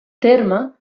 terme